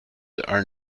are